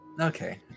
Okay